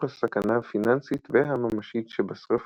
הסכנה הפיננסית והממשית שבשריפות.